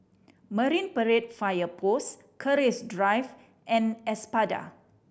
Marine Parade Fire Post Keris Drive and Espada